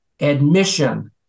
admission